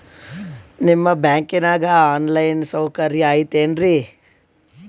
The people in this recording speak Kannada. ನಿಮ್ಮ ಬ್ಯಾಂಕನಾಗ ಆನ್ ಲೈನ್ ಸೌಕರ್ಯ ಐತೇನ್ರಿ?